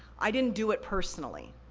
i didn't do it personally.